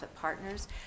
partners